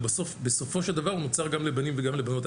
הוא בסופו של דבר מוצר גם לבנים וגם לבנות.